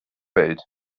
welt